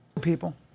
people